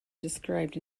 described